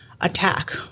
attack